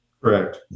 Correct